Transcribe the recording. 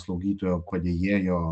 slaugytojo padėjėjo